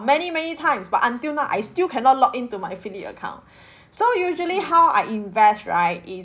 many many times but until now I still cannot log into my phillip account so usually how I invest right is